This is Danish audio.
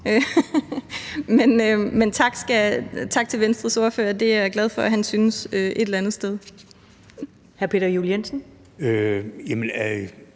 Men tak til Venstres ordfører; det er jeg da glad for at han synes et eller andet sted. Kl. 15:31 Første